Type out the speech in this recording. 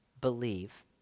believe